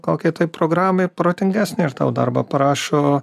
kokiai tai programai protingesni ir tau darbą parašo